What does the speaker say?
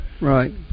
right